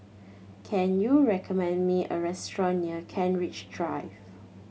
can you recommend me a restaurant near Kent Ridge Drive